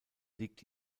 liegt